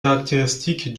caractéristiques